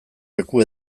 leku